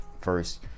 First